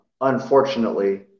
unfortunately